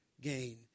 Gain